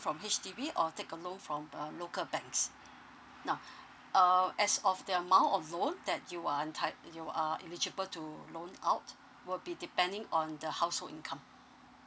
from H_D_B or take a loan from uh local banks now uh as of the amount of loan that you are enti~ you are eligible to loan out will be depending on the household income